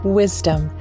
wisdom